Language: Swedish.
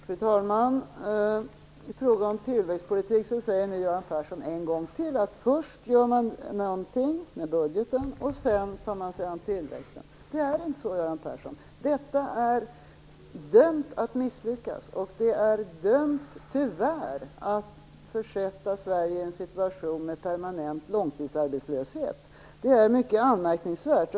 Fru talman! I fråga om tillväxtpolitik säger nu Göran Persson återigen att man först skall göra någonting med budgeten och sedan skall man ta sig an tillväxten. Det fungerar inte så, Göran Persson. Detta är dömt att misslyckas och tyvärr dömt att försätta Sverige i en situation med permanent långtidsarbetslöshet. Det är mycket anmärkningsvärt.